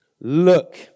look